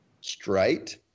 straight